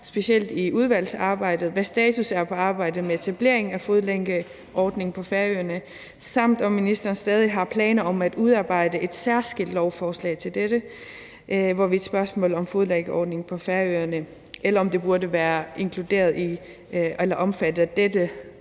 specielt i udvalgsarbejdet, hvad status er på arbejdet med etablering af en fodlænkeordning på Færøerne, samt om ministeren stadig har planer om at udarbejde et særskilt lovforslag om dette spørgsmål om en fodlænkeordning på Færøerne, eller om det burde være omfattet af dette